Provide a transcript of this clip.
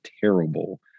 terrible